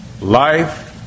life